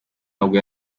nabwo